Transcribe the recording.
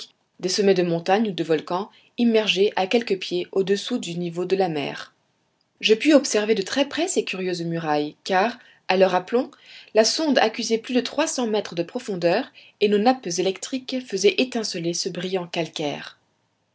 des sommets de montagnes ou de volcans immergés à quelques pieds au-dessous du niveau de la mer je pus observer de très près ces curieuses murailles car à leur aplomb la sonde accusait plus de trois cents mètres de profondeur et nos nappes électriques faisaient étinceler ce brillant calcaire